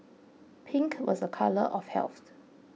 pink was a colour of health